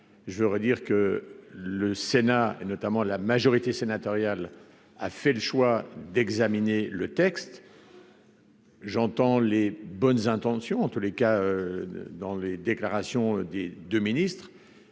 je voudrais dire que le Sénat notamment la majorité sénatoriale a fait le choix d'examiner le texte. J'entends les bonnes intentions en tous les cas dans les déclarations des 2 ministres,